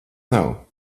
nav